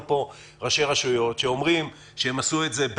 פה ראשי רשויות שאומרים שהם עשו את זה,